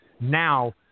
now